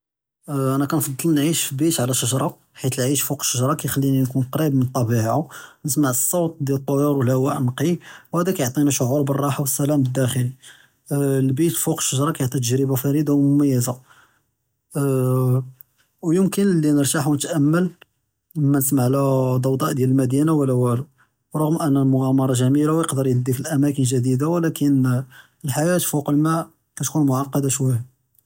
אנה קנפדל נ’עיש בעיד על שג’רה, חית אלעיש פאוק אלשג’רה קייחליני נكون קריב מן אלטבעה, ניסמע אסאוט דיאל אלטיר ואל’הווה נקי ו האדא קיעט’יני שעור בלהראחה ואלסלאם אלד’כ’לי, אלבית פאוק אלשג’רה קיעטי תג’ריבה פארידה ו מומייזה, ו ימד’נלי נרתאח ונת’אמל מא ניסמע לה דודה דיאל אלמדינה ו לה ואו ר’רם אן אלמגד’אמרה ג’מילה ו י’דקר י’ד’יק לאמאקין ג’דידה, ולקין אלח’יה פאוק אלמא’ קטכון מעקד’ה שו’יה.